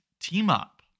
team-up